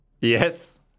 Yes